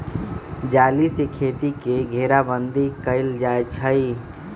जाली से खेती के घेराबन्दी कएल जाइ छइ